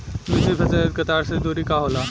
मिश्रित फसल हेतु कतार के दूरी का होला?